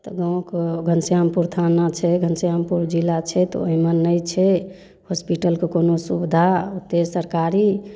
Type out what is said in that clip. तऽ गाँवके घनश्यामपुर थाना छै घनश्यामपुर जिला छै तऽ ओहिमे नहि छै हॉस्पिटलके कोनो सुविधा तैयो सरकारी